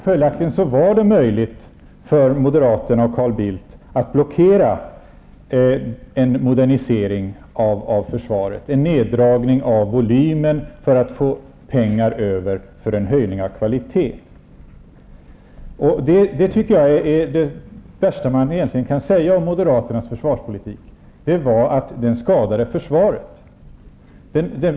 Följaktligen var det möjligt för Moderaterna och Carl Bildt att blockera en modernisering av försvaret, en neddragning av volymen, för att få pengar över för en höjning av kvaliteten. Det värsta man egentligen kan säga om Moderaternas försvarspolitik är att den skadade försvaret.